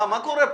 מה קורה פה?